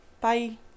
Bye